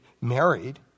married